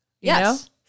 Yes